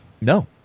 No